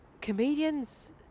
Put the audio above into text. comedians